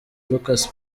lucas